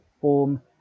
form